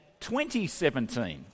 2017